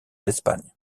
d’espagne